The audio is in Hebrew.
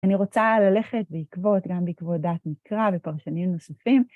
אני רוצה ללכת בעקבות, גם בעקבות דעת מקרא ופרשנים נוספים.